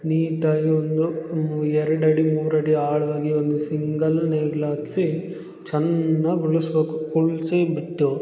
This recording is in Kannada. ನೀಟಾಗಿ ಒಂದು ಎರಡು ಅಡಿ ಮೂರು ಅಡಿ ಆಳವಾಗಿ ಒಂದು ಸಿಂಗಲ್ ನೇಗ್ಲು ಹಾಕ್ಸಿ ಚೆನ್ನಾಗಿ ಉಳಿಸ್ಬೇಕು ಉಳ್ಸಿ ಬಿಟ್ಟು